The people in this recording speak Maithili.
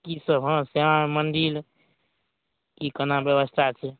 कीसभ हँ श्यामा माइ मन्दिर की केना व्यवस्था छै